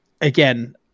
Again